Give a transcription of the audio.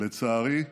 לצערי,